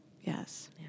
Yes